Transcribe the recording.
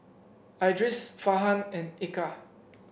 Idris Farhan and Eka